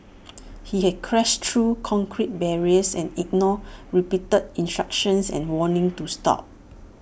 he had crashed through concrete barriers and ignored repeated instructions and warnings to stop